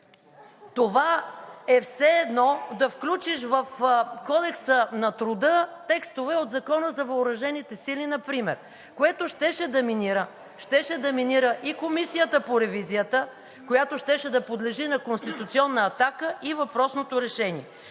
Това е все едно да включиш в Кодекса на труда текстове от Закона за въоръжените сили например, което щеше да минира и Комисията по ревизията, която щеше да подлежи на конституционна атака, и въпросното решение.